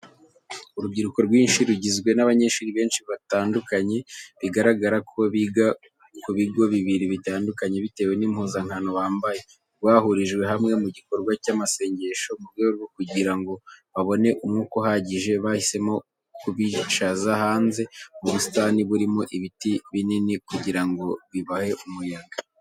Urubyiruko rwinshi rugizwe n'abanyeshuri benshi batandukanye, bigaragara ko biga ku bigo bibiri bitandukanye bitewe n'impuzankano bambaye, rwahurijwe hamwe mu gikorwa cy'amasengesho. Mu rwego rwo kugira ngo babone umwuka uhagije, bahisemo kubicaza hanze mu busitani burimo ibiti binini kugira ngo bibahe umuyaga.